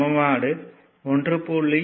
சமன்பாடு 1